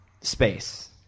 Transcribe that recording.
space